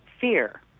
fear